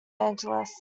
angeles